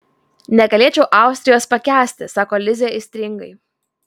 negalėčiau austrijos pakęsti sako lizė aistringai